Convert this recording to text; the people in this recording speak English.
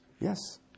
Yes